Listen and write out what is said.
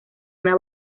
una